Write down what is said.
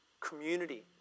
community